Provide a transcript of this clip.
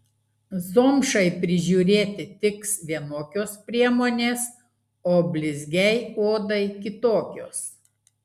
zomšai prižiūrėti tiks vienokios priemonės o blizgiai odai kitokios